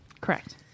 Correct